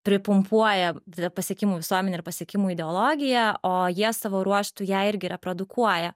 pripumpuoja ta pasiekimų visuomene ir pasiekimų ideologija o jie savo ruožtu ją irgi reprodukuoja